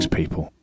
people